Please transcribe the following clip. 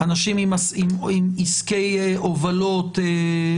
אנשים עם עסקי הובלות,